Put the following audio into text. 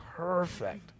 Perfect